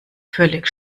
völlig